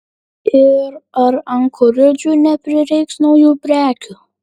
ir ar ankoridžui neprireiks naujų prekių